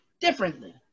differently